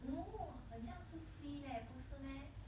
no 很像是 free leh 不是 meh